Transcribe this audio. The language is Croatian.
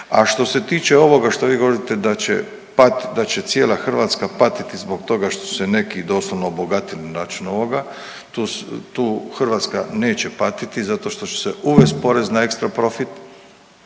A što se tiče ovoga što vi govorite da će patiti, da će cijela Hrvatska patiti zbog toga što su se neki doslovno bogatili na račun ovoga tu Hrvatska neće patiti zato što će se uvesti porez na ekstra profit,